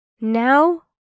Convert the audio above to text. Now